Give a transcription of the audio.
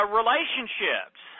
relationships